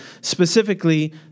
specifically